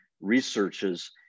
researches